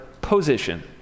position